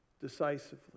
decisively